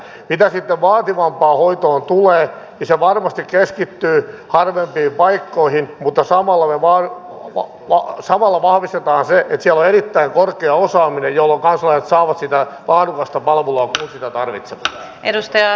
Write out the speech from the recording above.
mitä sitten vaativampaan hoitoon tulee niin se varmasti keskittyy harvempiin paikkoihin mutta samalla vahvistetaan se että siellä on erittäin korkea osaaminen jolloin kansalaiset saavat sitä laadukasta palvelua kun sitä tarvitsevat